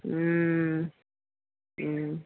हूँ हूँ